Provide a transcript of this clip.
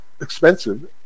Expensive